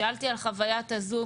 שאלתי על חוויית הזום,